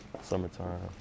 Summertime